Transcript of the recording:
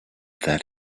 that